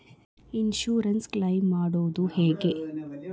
Insurance claim ಮಾಡೋದು ಹೆಂಗ?